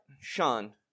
Sean